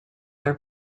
their